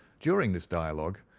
during this dialogue,